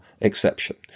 exception